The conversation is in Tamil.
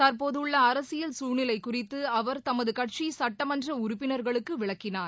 தற்போது உள்ள அரசியல் சூழ்நிலை குறித்து அவர் தமது கட்சி சுட்டமன்ற உறுப்பினர்களுக்கு விளக்கினார்